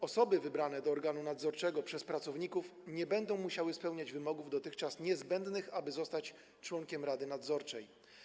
Osoby wybrane do organu nadzorczego przez pracowników nie będą musiały spełniać wymogów dotychczas niezbędnych, aby zostać członkiem rady nadzorczej.